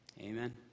Amen